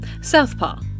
Southpaw